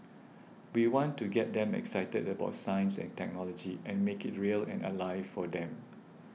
we want to get them excited about science and technology and make it real and alive for them